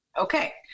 okay